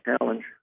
challenge